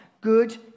good